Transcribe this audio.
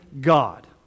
God